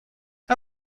how